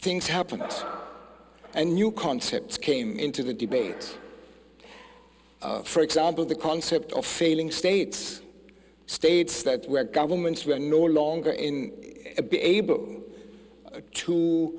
things happened and new concepts came into the debate for example the concept of failing states states that where governments were no longer in be able to